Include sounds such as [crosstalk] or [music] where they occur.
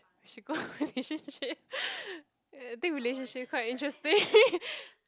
she got [laughs] relationship [breath] yeah I think relationship quite interesting [laughs]